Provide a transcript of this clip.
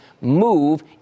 move